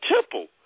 Temple